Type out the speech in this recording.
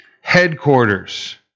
headquarters